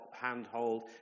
handhold